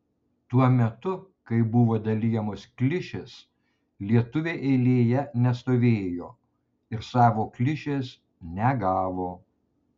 tuo metu kai buvo dalijamos klišės lietuviai eilėje nestovėjo ir savo klišės negavo